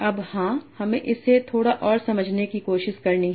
अब हाँ हमें इसे थोड़ा और समझने की कोशिश करनी है